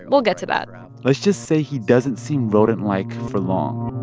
we'll get to that let's just say he doesn't seem rodent-like for long